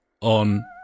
on